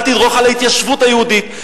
אל תדרוך על ההתיישבות היהודית.